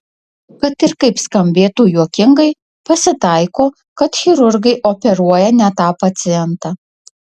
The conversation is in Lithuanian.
kad ir kaip skambėtų juokingai pasitaiko kad chirurgai operuoja ne tą pacientą